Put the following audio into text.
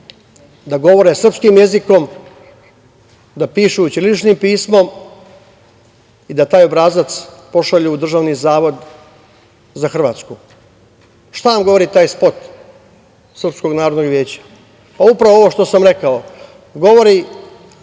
da govore srpskim jezikom, da pišu ćiriličnim pismom i da taj obrazac pošalju u Državni zavod za Hrvatsku. Šta nam govori taj spot Srpskog narodnog veća? Pa, upravo ovo što sam rekao, govori